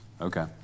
Okay